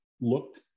looked